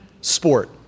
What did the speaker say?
sport